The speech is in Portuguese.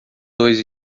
dois